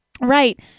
Right